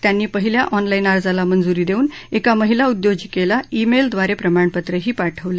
त्यांनी पहिल्या ऑनला उत्ति अर्जाला मंजूरी देऊन एका महिला उद्योजिकेला ई मेलद्वारे प्रमाणपत्रही पाठवलं